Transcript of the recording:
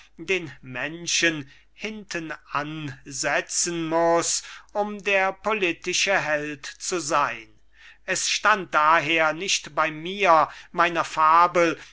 den menschen hintenansetzen muß um der politische held zu sein es stand daher nicht bei mir meiner fabel